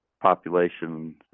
population